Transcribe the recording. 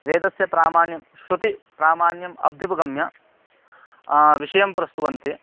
वेदस्य प्रामाण्यं श्रुतिप्रामाणयम् अभ्युपगम्य विषयं प्रस्तुवन्ति